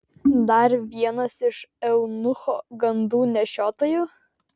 dar vienas iš eunucho gandų nešiotojų